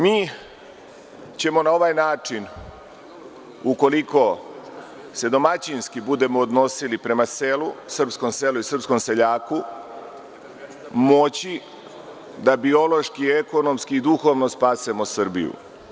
Mi ćemo na ovaj način, ukoliko se domaćinski budemo odnosili prema srpskom selu i srpskom seljaku, moći da biološki, ekonomski i duhovno spasemo Srbiju.